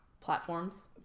Platforms